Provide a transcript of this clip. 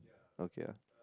okay ah